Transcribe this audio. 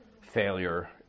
failure